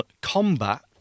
combat